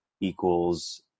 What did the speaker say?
equals